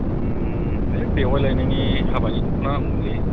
उम है बेवाइ लायनायनि हाबानि दख'ना नांगौमोन लै